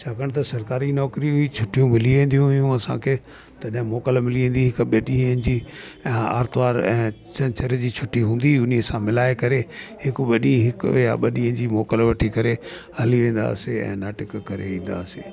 छाकाणि त सरकारी नौकिरी हुई छुट्टीयूं मिली वेंदी हुइयूं असांखे तॾहिं मोकल मिली वेंदी हिक ॿ ॾींहंनि जी ऐं आतवार ऐं छंछरु जी छुट्टी हूंदी उन्हीअ सां मिलाये करे हिक वॾी हिक या ॿ ॾींहंनि जी मोकल वठी करे हली वेंदा हुआसीं ऐं नाटक करे ईंदासीं